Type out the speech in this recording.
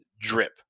Drip